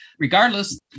Regardless